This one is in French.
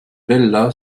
bella